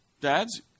Dads